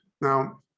Now